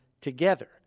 together